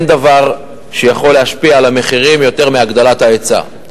אין דבר שיכול להשפיע על המחירים יותר מהגדלת ההיצע.